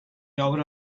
obre